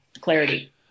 clarity